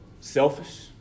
selfish